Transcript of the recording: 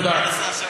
תודה רבה.